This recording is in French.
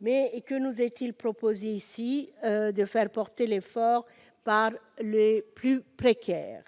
Mais que nous est-il proposé ici ? De faire porter l'effort sur les plus précaires.